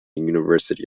university